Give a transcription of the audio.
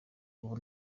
ubu